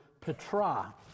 petra